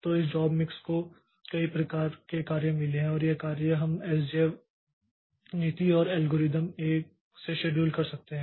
तो इस job mix को कई प्रकार के कार्य मिले हैं और ये कार्य हम एसजेएफ नीति और एल्गोरिथम ए से शेड्यूल कर सकते हैं